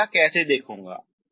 मैं यह कैसे देखूंगा